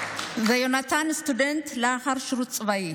ויונתן, סטודנט לאחר שירות צבאי.